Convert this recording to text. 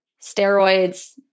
steroids